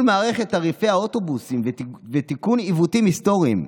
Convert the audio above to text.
ייעול מערכת תעריפי האוטובוסים ותיקון עיוותים היסטוריים.